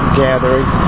gathering